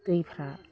दैफोरा